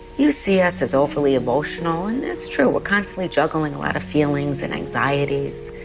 you see us as awfully emotional, and that's true. we're constantly juggling a lot of feelings and anxieties.